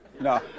no